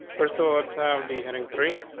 first of all, let's have the heading. three,